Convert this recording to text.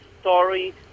story